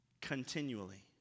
continually